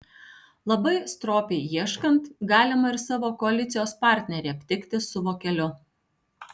labai stropiai ieškant galima ir savo koalicijos partnerį aptikti su vokeliu